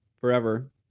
Forever